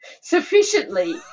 sufficiently